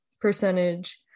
percentage